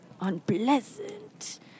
unpleasant